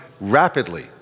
rapidly